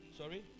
sorry